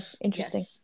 Interesting